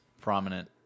prominent